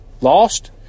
lost